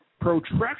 protraction